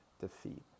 defeat